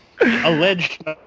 Alleged